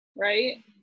right